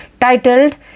titled